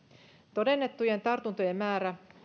todennettujen tartuntojen määrä ei